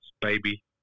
baby